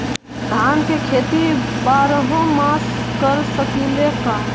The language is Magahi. धान के खेती बारहों मास कर सकीले का?